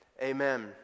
Amen